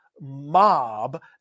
mob